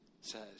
says